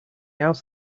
else